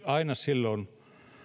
aina silloin